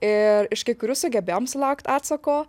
ir iš kai kurių sugebėjom sulaukt atsako